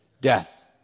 death